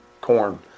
corn